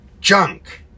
Junk